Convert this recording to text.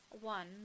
one